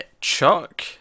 Chuck